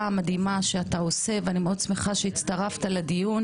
המדהימה שאתה עושה ואני מאוד שמחה שהצטרפת לדיון,